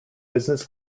business